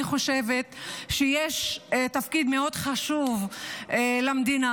אני חושבת שיש תפקיד מאוד חשוב למדינה.